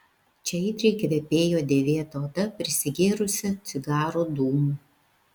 čia aitriai kvepėjo dėvėta oda prisigėrusią cigarų dūmų